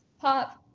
pop